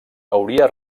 hauria